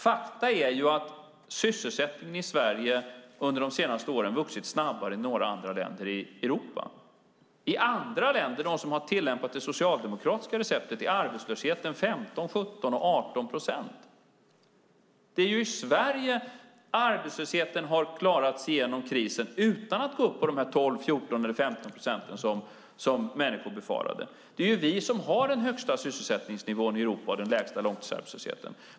Fakta är att sysselsättningen i Sverige under de senaste åren har vuxit snabbare än i några andra länder i Europa. I andra länder, de som har tillämpat det socialdemokratiska receptet, är arbetslösheten 15, 17 och 18 procent. Det är i Sverige arbetslösheten har klarat sig igenom krisen utan att gå upp på 12, 14 eller 15 procent som människor befarade. Det är Sverige som har den högsta sysselsättningsnivån i Europa och den lägsta långtidsarbetslösheten.